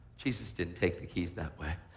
jesus didn't take the keys that way.